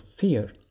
fear